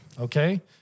Okay